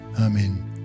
Amen